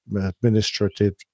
administrative